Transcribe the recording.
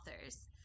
authors